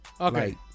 Okay